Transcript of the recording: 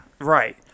right